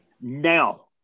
Now